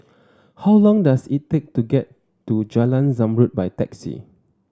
how long does it take to get to Jalan Zamrud by taxi